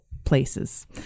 places